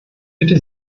bitte